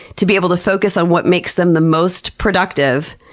to be able to focus on what makes them the most productive.